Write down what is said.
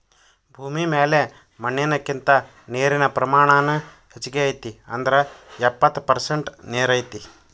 ಭೂಮಿ ಮ್ಯಾಲ ಮಣ್ಣಿನಕಿಂತ ನೇರಿನ ಪ್ರಮಾಣಾನ ಹೆಚಗಿ ಐತಿ ಅಂದ್ರ ಎಪ್ಪತ್ತ ಪರಸೆಂಟ ನೇರ ಐತಿ